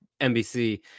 NBC